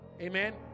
Amen